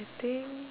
I think